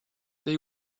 they